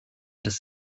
des